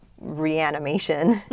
reanimation